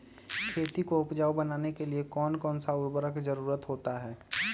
खेती को उपजाऊ बनाने के लिए कौन कौन सा उर्वरक जरुरत होता हैं?